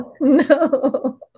No